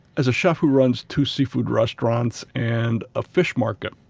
as a chef who runs two seafood restaurants and a fish market,